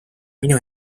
minu